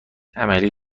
عملی